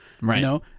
right